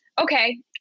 okay